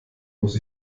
muss